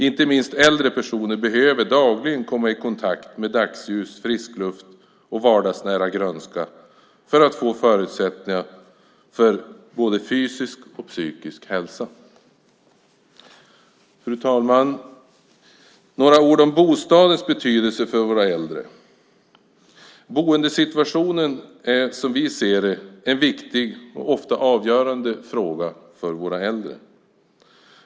Inte minst äldre personer behöver dagligen komma i kontakt med dagsljus, frisk luft och vardagsnära grönska för att få förutsättningar för både fysisk och psykisk hälsa. Fru talman! Jag ska säga några ord om bostadens betydelse för våra äldre. Boendesituationen är som vi ser det en viktig och ofta avgörande fråga för våra äldre.